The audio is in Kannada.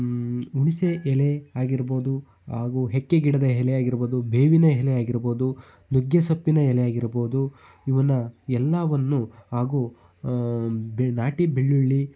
ಹುಣಸೆ ಎಲೆ ಆಗಿರ್ಬೋದು ಹಾಗೂ ಎಕ್ಕೆ ಗಿಡದ ಎಲೆ ಆಗಿರ್ಬೋದು ಬೇವಿನ ಎಲೆ ಆಗಿರ್ಬೋದು ನುಗ್ಗೆ ಸೊಪ್ಪಿನ ಎಲೆ ಆಗಿರ್ಬೋದು ಇವನ್ನು ಎಲ್ಲವನ್ನೂ ಹಾಗೂ ಬೆ ನಾಟಿ ಬೆಳ್ಳುಳ್ಳಿ